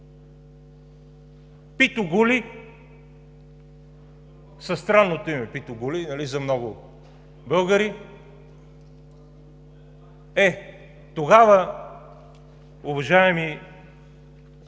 Питу Гули – със странното име Питу Гули за много българи. Е, тогава, уважаеми